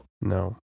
No